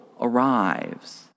arrives